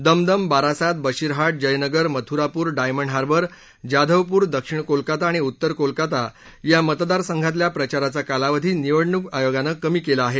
दमदम Barasat Basirhat Jaynagar Mathurapur Diamond Harbour Jadavpur दक्षिण कोलकाता आणि उत्तर कोलकाता या मतदारसंघातल्या प्रचाराचा कालावधी निवडणूक आयोगानं कमी केला आहे